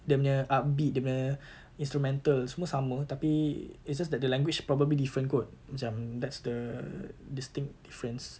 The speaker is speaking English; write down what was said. dia punya upbeat dia punya instrumental semua sama tapi it's just that the language probably different kot macam that's the distinct difference